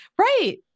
right